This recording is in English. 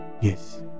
yes